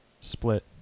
split